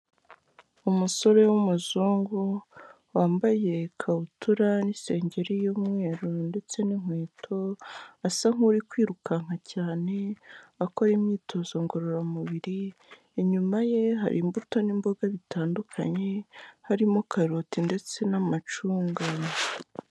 Umusore w'umuzungu wambaye ikabutura n'insengero y'umweru ndetse n'inkweto asa nk'uri kwirukanka cyane akora imyitozo ngororamubiri inyuma ye hari imbuto n'imboga bitandukanye harimo karoti ndetse n'amacunga.